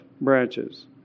branches